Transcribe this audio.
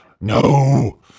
no